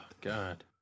God